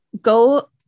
Go